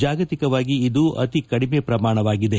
ಜಾಗತಿಕವಾಗಿ ಇದು ಅತಿ ಕದಿಮೆ ಪ್ರಮಾಣವಾಗಿದೆ